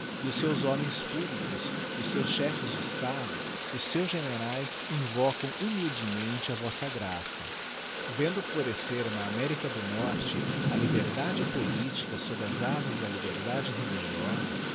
e os seus homens públicos os seus chefes de estado os seus generaes invocam humildemente a vossa graça vendo florescer na america do norte a liberdade politica sob as azas da liberdade religiosa